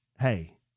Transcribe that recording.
Hey